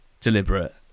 deliberate